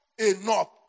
enough